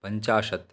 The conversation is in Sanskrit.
पञ्चाशत्